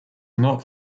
not